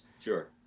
Sure